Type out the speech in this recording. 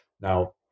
Now